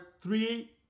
three